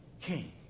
king